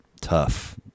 tough